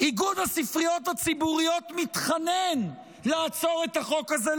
איגוד הספריות הציבוריות מתחנן לעצור את החוק הזה,